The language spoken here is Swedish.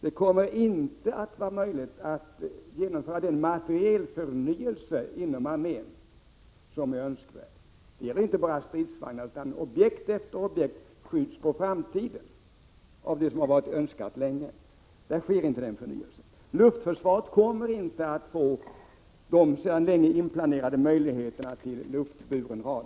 Det kommer inte att bli möjligt att genomföra den materielförnyelse inom armén som är önskvärd, och det gäller inte bara stridsvagnar. Objekt efter objekt av det som länge varit önskat skjuts på framtiden. Någon förnyelse sker inte. Luftförsvaret kommer inte att få de sedan länge inplanerade möjligheterna till luftburen radar.